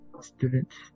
students